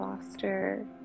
foster